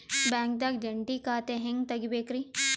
ಬ್ಯಾಂಕ್ದಾಗ ಜಂಟಿ ಖಾತೆ ಹೆಂಗ್ ತಗಿಬೇಕ್ರಿ?